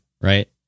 Right